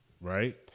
right